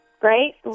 great